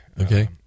okay